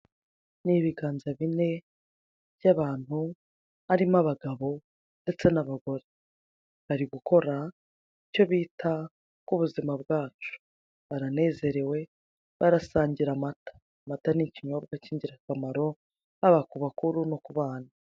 Ibiganza bine by'abantu harimo abagabo ndetse n'abagore. Bari gukora icyo bita ku buzima bwacu, baranezerewe bari barasangira amata. Amata ni ikinyobwa k'ingirakamaro haba ku bakuru no ku bana